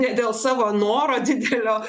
dėl savo noro didelio